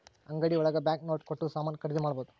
ಅಂಗಡಿ ಒಳಗ bank note ಕೊಟ್ಟು ಸಾಮಾನ್ ಖರೀದಿ ಮಾಡ್ಬೋದು